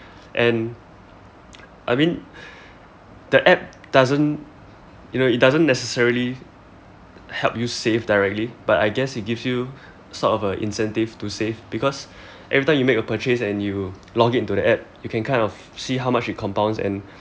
and I mean the app doesn't you know it doesn't necessarily help you save directly but I guess it gives you sort of a incentive to save because every time you make a purchase and you log it into the app you can kind of see how much it compounds and